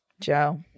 Joe